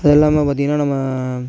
அது இல்லாமல் பார்த்தீங்கன்னா நம்ம